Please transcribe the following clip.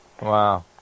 Wow